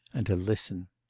and to listen.